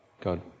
God